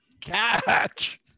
Catch